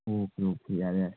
okay okay ꯌꯥꯔꯦ ꯌꯥꯔꯦ